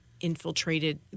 infiltrated